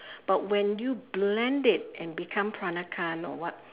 but when you blend it and become peranakan or what